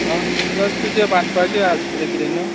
आं प्लस तुजें बांदपाचें आसतले तुजें किते न्हूं